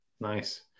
nice